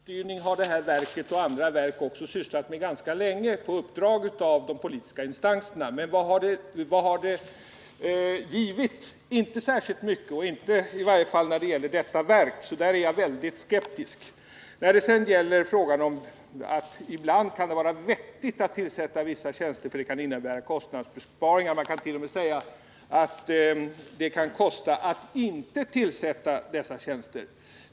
Herr talman! Kostnadsstyrning av detta och andra verk har man sysslat med ganska länge på uppdrag av de politiska instanserna, men vad har det givit? — Inte särskilt mycket, i varje fall inte när det gäller detta verk. Jag är alltså skeptisk. Sedan sade budgetministern att det ibland kan vara vettigt att tillsätta tjänster, eftersom det kan innebära en kostnadsbesparing. Det kan t.o.m. sägas att det kan kosta att inte tillsätta tjänster.